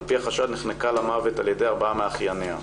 על פי החשד נחנקה למוות על ידי ארבעה מאחייניה.